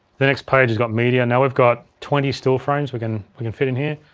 the next page has got media. now, we've got twenty still frames we can we can fit in here.